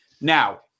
Now